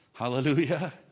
Hallelujah